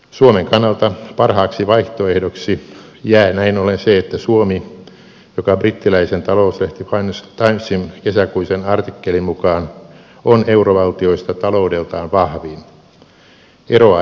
suomen kannalta parhaaksi vaihtoehdoksi jää näin ollen se että suomi joka brittiläisen talouslehti financial timesin kesäkuisen artikkelin mukaan on eurovaltioista taloudeltaan vahvin eroaa ensimmäisenä eurosta